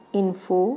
info